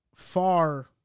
far